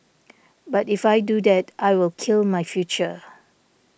but if I do that I will kill my future